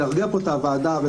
אני מייצג את החוקרים.